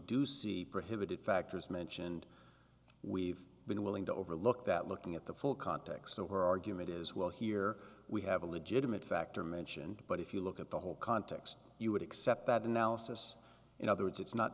do see prohibited factors mentioned we've been willing to overlook that looking at the full context of her argument is well here we have a legitimate factor mentioned but if you look at the whole context you would accept that analysis in other words it's not